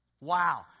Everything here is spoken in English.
Wow